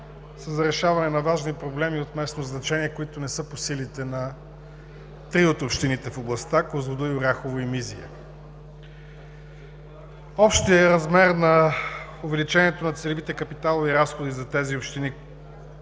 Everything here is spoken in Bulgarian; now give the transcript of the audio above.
за решаване на важни проблеми от местно значение, които не са по силите на три от общините в областта – Козлодуй, Оряхово и Мизия. Общият размер на увеличението на целевите капиталови разходи за тези общини,